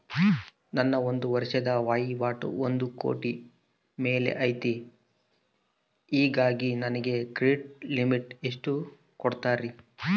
ನನ್ನ ಒಂದು ವರ್ಷದ ವಹಿವಾಟು ಒಂದು ಕೋಟಿ ಮೇಲೆ ಐತೆ ಹೇಗಾಗಿ ನನಗೆ ಕ್ರೆಡಿಟ್ ಲಿಮಿಟ್ ಎಷ್ಟು ಕೊಡ್ತೇರಿ?